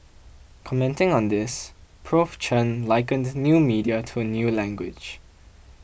commenting on this Prof Chen likened new media to a new language